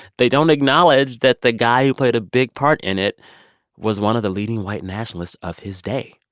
they don't acknowledge that the guy who played a big part in it was one of the leading white nationalists of his day.